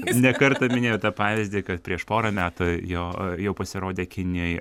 ne kartą minėjot tą pavyzdį kad prieš porą metų jo jau pasirodė kinijoj